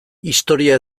historia